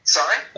Sorry